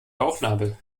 bauchnabel